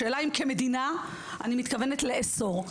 השאלה אם כמדינה אני מתכוונת לאסור.